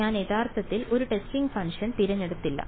ഞാൻ യഥാർത്ഥത്തിൽ ഒരു ടെസ്റ്റിംഗ് ഫംഗ്ഷൻ തിരഞ്ഞെടുത്തില്ല